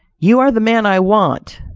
you are the man i want,